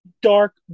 dark